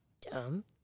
Dumb